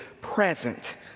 present